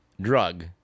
drug